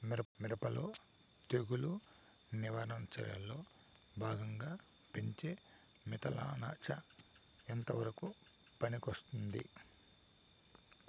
మిరప లో తెగులు నివారణ చర్యల్లో భాగంగా పెంచే మిథలానచ ఎంతవరకు పనికొస్తుంది?